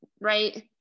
right